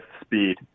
speed